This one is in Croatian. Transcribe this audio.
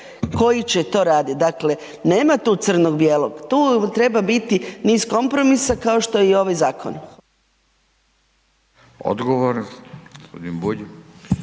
koji će to radit. Dakle, nema tu crnog-bijelog, tu treba biti niz kompromisa kao što je i ovaj zakon. **Radin, Furio